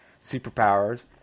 superpowers